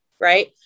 right